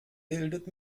bildet